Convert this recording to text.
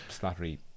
Slattery